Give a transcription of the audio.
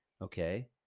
okay